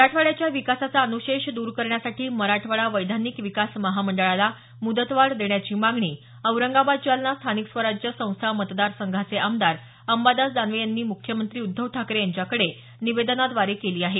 मराठवाड्याच्या विकासाचा अनुशेष द्र करण्यासाठी मराठवाडा वैधानिक विकास महामंडळाला मुदतवाढ देण्याची मागणी औरंगाबाद जालना स्थानिक स्वराज्य संस्था मतदारसंघाचे आमदार अंबादास दानवे यांनी मुख्यमंत्री उद्धव ठाकरे यांच्याकडे निवेदनाद्वारे केली आहे